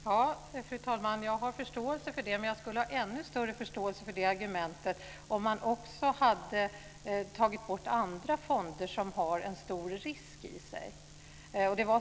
Fru talman! Jag har förståelse för det argumentet men jag skulle ha ännu större förståelse för det om man också hade tagit bort andra fonder som inrymmer en stor risk.